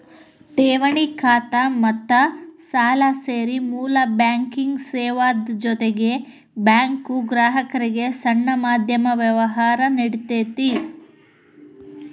ಠೆವಣಿ ಖಾತಾ ಮತ್ತ ಸಾಲಾ ಸೇರಿ ಮೂಲ ಬ್ಯಾಂಕಿಂಗ್ ಸೇವಾದ್ ಜೊತಿಗೆ ಬ್ಯಾಂಕು ಗ್ರಾಹಕ್ರಿಗೆ ಸಣ್ಣ ಮಧ್ಯಮ ವ್ಯವ್ಹಾರಾ ನೇಡ್ತತಿ